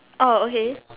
oh okay